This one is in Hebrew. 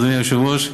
אדוני היושב-ראש,